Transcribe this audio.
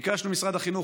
ביקשנו ממשרד החינוך,